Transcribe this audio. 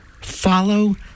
follow